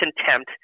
contempt